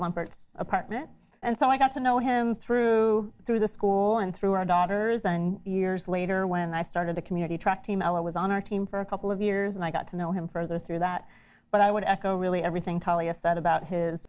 part apartment and so i got to know him through through the school and through our daughters and years later when i started the community track team i was on our team for a couple of years and i got to know him further through that but i would echo really everything tallia said about his